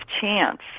chance